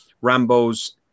rambo's